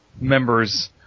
members